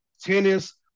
tennis